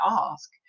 ask